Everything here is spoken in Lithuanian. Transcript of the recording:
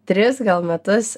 tris gal metus